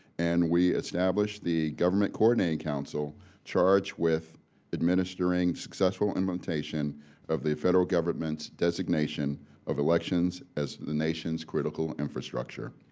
and we establish the government coordinating council charged with administrates successful implementation of the federal government's designation of elections as the nation's critical infrastructure.